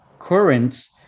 currents